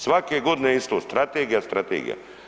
Svake godine isto, strategija, strategija.